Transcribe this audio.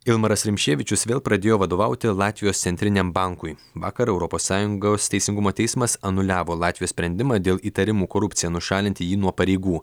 ilmaras rimševičius vėl pradėjo vadovauti latvijos centriniam bankui vakar europos sąjungos teisingumo teismas anuliavo latvijos sprendimą dėl įtarimų korupcija nušalinti jį nuo pareigų